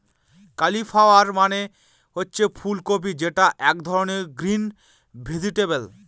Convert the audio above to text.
cauliflower মানে হচ্ছে ফুল কপি যেটা এক ধরনের গ্রিন ভেজিটেবল